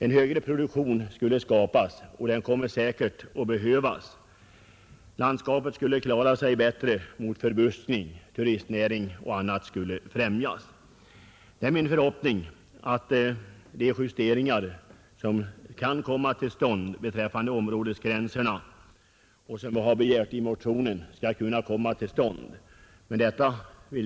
En högre produktion skulle möjliggöras, vilket säkert kommer att behövas, landskapet skulle klara sig bättre mot förbuskning, turistnäringen och annat skulle främjas. Det är min förhoppning att de justeringar av områdesgränserna som är möjliga att göra och som vi begärt i vår motion också skall komma till stånd.